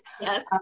Yes